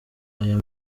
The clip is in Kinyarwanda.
aya